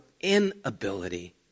inability